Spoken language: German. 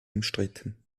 umstritten